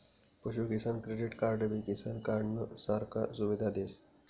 पशु किसान क्रेडिट कार्डबी किसान कार्डनं सारखा सुविधा देस